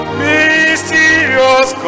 mysterious